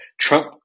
Trump